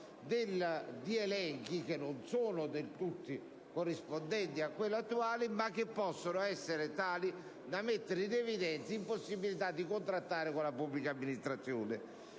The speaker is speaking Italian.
di elenchi che non sono del tutto corrispondenti a quello attuale, ma che possono essere tali da mettere in evidenza l'impossibilità di contrattare con la pubblica amministrazione.